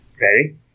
Ready